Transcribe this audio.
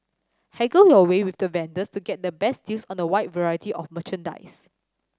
haggle your way with the vendors to get the best deals on the wide variety of merchandise